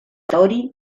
hori